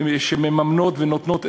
שמממנות ונותנות עזרה.